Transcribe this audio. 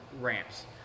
ramps